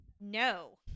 No